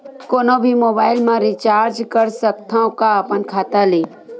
कोनो भी मोबाइल मा रिचार्ज कर सकथव का अपन खाता ले?